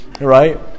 Right